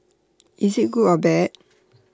is IT good or bad